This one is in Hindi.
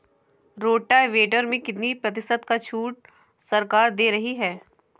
रोटावेटर में कितनी प्रतिशत का छूट सरकार दे रही है?